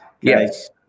Yes